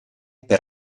per